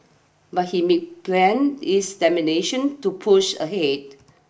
but he made plan his to push ahead